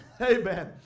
Amen